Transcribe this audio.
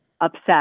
upset